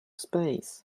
space